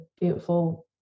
beautiful